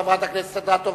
חברת הכנסת אדטו,